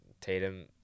Tatum